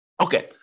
Okay